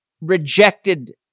rejected